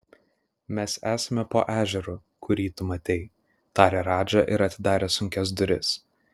mes esame po ežeru kurį tu matei tarė radža ir atidarė sunkias duris